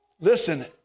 Listen